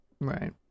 right